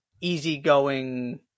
easygoing